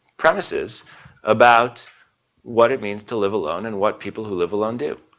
premises about what it means to live alone and what people who live alone do.